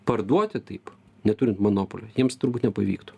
parduoti taip neturint monopolio jiems turbūt nepavyktų